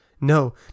No